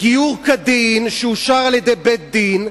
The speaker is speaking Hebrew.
גיור כדין, שאושר על-ידי בית-דין,